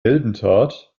heldentat